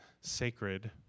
sacred